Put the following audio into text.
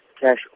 cash